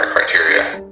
criteria